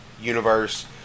universe